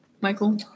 Michael